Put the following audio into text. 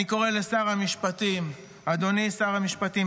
אני קורא לשר המשפטים: אדוני שר המשפטים,